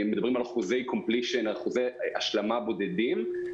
מדברים על אחוזי השלמה בודדים.